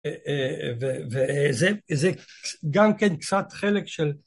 וזה גם כן קצת חלק של